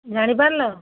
ଜାଣିପାରିଲ